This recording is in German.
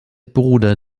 bruder